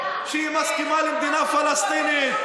שהיא מסכימה למדינה פלסטינית,